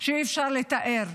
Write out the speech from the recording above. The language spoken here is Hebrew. שאי-אפשר לתאר.